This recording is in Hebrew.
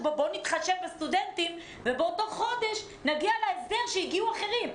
שבוא נתחשב בסטודנטים ובאותו חודש נגיע להסדר שהגיעו אחרים.